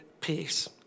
peace